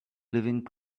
living